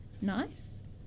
Nice